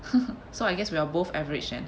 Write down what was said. so I guess we are both average then